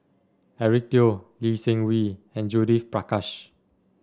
Eric Teo Lee Seng Wee and Judith Prakash